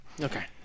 Okay